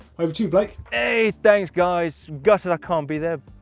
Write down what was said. over to you, blake. hey, thanks guys. gutted i can't be there,